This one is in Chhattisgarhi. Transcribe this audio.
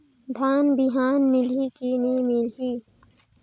धान बिहान मिलही की नी मिलही?